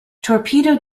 torpedo